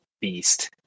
beast